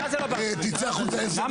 תצא החוצה עשר דקות.